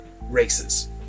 races